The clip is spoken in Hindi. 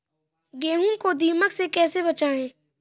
गेहूँ को दीमक से कैसे बचाएँ?